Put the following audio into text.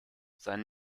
sein